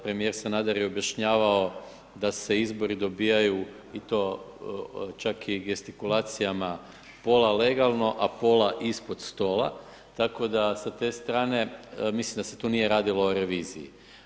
Premijer Sanader je objašnjavao da se izbori dobivaju i to čak i gestikulacijama, pola legalno, a pola ispod stola, tako da sa te strane, mislim da se tu nije radilo o reviziji.